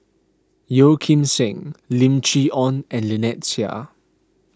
Yeo Kim Seng Lim Chee Onn and Lynnette Seah